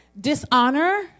dishonor